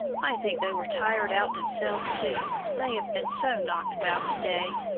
i think they were tired out themselves, too, they have been so knocked about to-day.